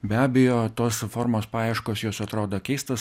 be abejo tos formos paieškos jos atrodo keistos